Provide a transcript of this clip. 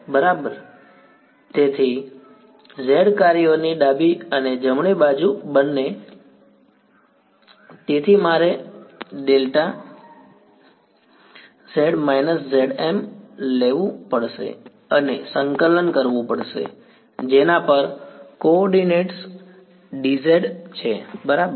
બરાબર તેથી z કાર્યોની ડાબી અને જમણી બાજુ બંને તેથી મારે δz − zm લેવું પડશે અને સંકલન કરવું પડશે જેના પર કો ઓર્ડિનેટ્સ dz બરાબર